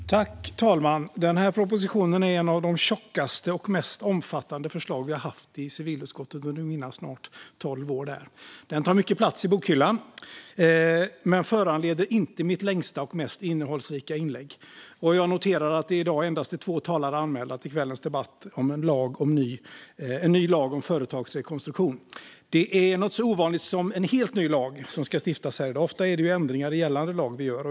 En ny lag om företags-rekonstruktion Fru talman! Den här propositionen är en av de tjockaste och innehåller ett av de mest omfattande förslag som vi har haft i civilutskottet under mina snart tolv år där. Den tar mycket plats i bokhyllan men föranleder inte mitt längsta och mest innehållsrika inlägg. Jag noterar att vi är endast två talare anmälda till dagens debatt om en ny lag om företagsrekonstruktion. Det är något så ovanligt som en helt ny lag som ska stiftas här. Oftast är det ju ändringar i gällande lag vi gör.